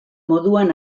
moduan